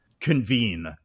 convene